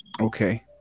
Okay